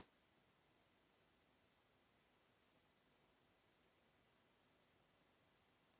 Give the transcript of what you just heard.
Hvala